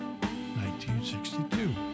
1962